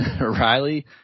Riley